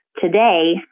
today